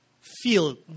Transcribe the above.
feel